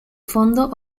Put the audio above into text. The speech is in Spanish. fondo